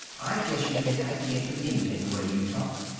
i guess you think i can't do anything, the way you talk.